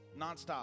nonstop